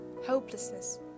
hopelessness